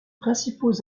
principaux